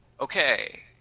Okay